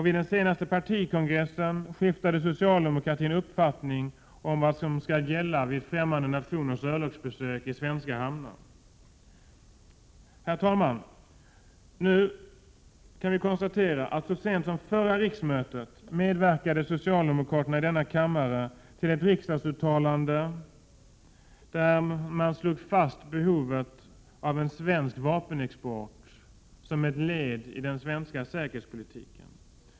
Vid den senaste partikongressen skiftade socialdemokratin uppfattning om vad som skall gälla vid främmande nationers örlogsbesök i svenska hamnar. Herr talman! Vi kan konstatera att socialdemokraterna så sent som vid förra riksmötet medverkade i denna kammare till ett riksdagsuttalande, där man slog fast behovet av svensk vapenexport som ett led i den svenska säkerhetspolitiken.